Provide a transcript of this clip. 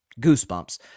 goosebumps